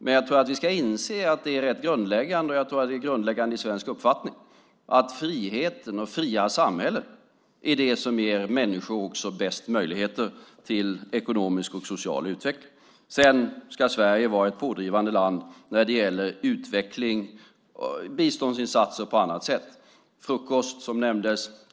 Men jag tror att vi ska inse att det är rätt grundläggande, och jag tror att det är grundläggande i svensk uppfattning, att friheten och friare samhällen är det som också ger människor bäst möjligheter till ekonomisk och social utveckling. Sedan ska Sverige vara ett pådrivande land när det gäller utveckling och biståndsinsatser på andra sätt. Frukost nämndes.